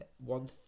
one